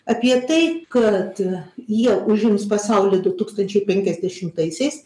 apie tai kad jie užims pasaulį du tūkstančiai penkiasdešimtaisiais